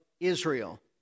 Israel